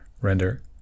render